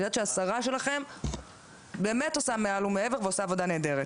אני יודעת שהשרה שלכם באמת עושה מעל ומעבר ועושה עבודה נהדרת,